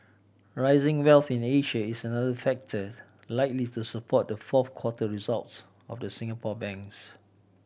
rising wealth in Asia is another factor likely to support the fourth quarter results of the Singapore banks